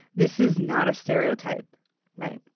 this is not a stereotype right.